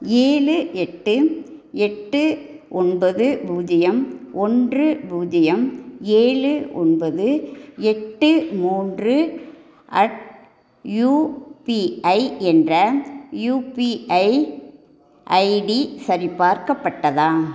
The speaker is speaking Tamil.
ஏழு எட்டு எட்டு ஒன்பது பூஜ்யம் ஒன்று பூஜ்யம் ஏழு ஒன்பது எட்டு மூன்று அட் யூபிஐ என்ற யூபிஐ ஐடி சரிபார்க்கப்பட்டதா